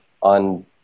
on